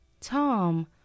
Tom